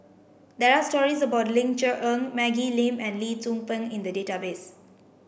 there are stories about Ling Cher Eng Maggie Lim and Lee Tzu Pheng in the database